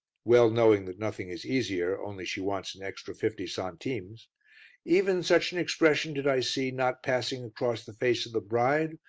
well knowing that nothing is easier, only she wants an extra fifty centimes even such an expression did i see not passing across the face of the bride,